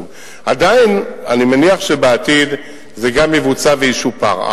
עדיין אני מניח שבעתיד זה גם יבוצע וישופר.